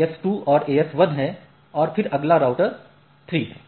AS2 और AS1 है और फिर अगला राउटर 3 है